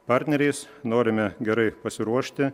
partneriais norime gerai pasiruošti